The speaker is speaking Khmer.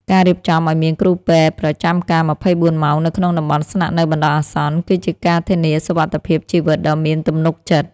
ការរៀបចំឱ្យមានគ្រូពេទ្យប្រចាំការ ២៤ ម៉ោងនៅក្នុងតំបន់ស្នាក់នៅបណ្តោះអាសន្ន គឺជាការធានាសុវត្ថិភាពជីវិតដ៏មានទំនុកចិត្ត។